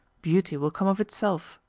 beauty will come of itself.